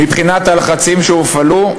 מבחינת הלחצים שהופעלו,